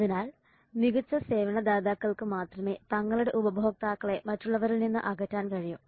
അതിനാൽ മികച്ച സേവനദാതാക്കൾക്ക് മാത്രമേ തങ്ങളുടെ ഉപഭോക്താക്കളെ മറ്റുള്ളവരിൽ നിന്ന് അകറ്റാൻ കഴിയൂ